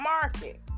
market